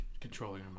controlling